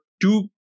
two